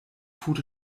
food